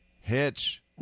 Hitch